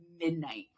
midnight